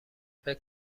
فکر